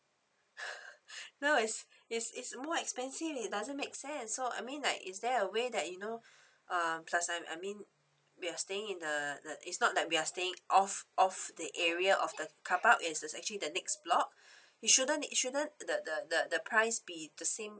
no is is is more expensive it doesn't make sense so I mean like is there a way that you know uh plus I I mean we are staying in the the is not that we are staying off off the area of the carpark it's actually the next block you shouldn't it shouldn't the the the the price be the same